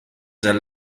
their